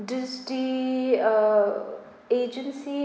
does the uh agency